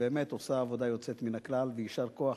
שבאמת עושה עבודה יוצאת מן הכלל ויישר כוח,